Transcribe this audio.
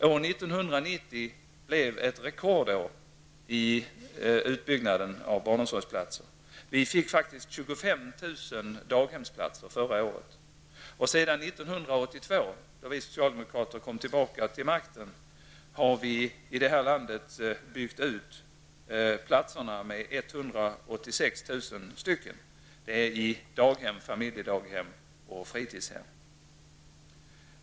År 1990 blev ett rekordår när det gäller utbyggnaden av barnomsorgsplatser. Vi fick faktiskt 25 000 daghemsplatser förra året. Sedan år 1982, då vi socialdemokrater kom tillbaka till makten, har vi i detta land byggt ut barnomsorgen med 186 000 platser i daghem, familjedaghem och fritidshem.